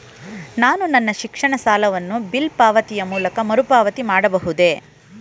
ನಾನು ನನ್ನ ಶಿಕ್ಷಣ ಸಾಲವನ್ನು ಬಿಲ್ ಪಾವತಿಯ ಮೂಲಕ ಮರುಪಾವತಿ ಮಾಡಬಹುದೇ?